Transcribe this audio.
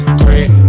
great